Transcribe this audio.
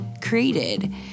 created